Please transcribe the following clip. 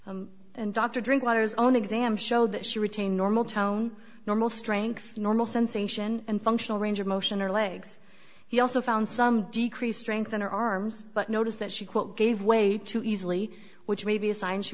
t and dr drinkwater's own exam showed that she retained normal tone normal strength normal sensation and functional range of motion her legs he also found some decrease strength in her arms but notice that she quote gave way too easily which may be a sign she